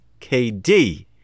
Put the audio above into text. KD